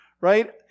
right